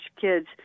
kids